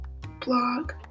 blog